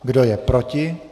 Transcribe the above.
Kdo je proti?